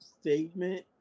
statement